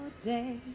day